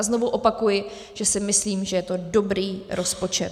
Znovu opakuji, že si myslím, že je to dobrý rozpočet.